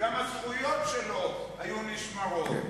וגם הזכויות שלו היו נשמרות,